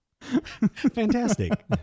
Fantastic